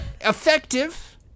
effective